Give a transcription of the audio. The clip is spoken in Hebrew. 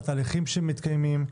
התהליכים שמתקיימים,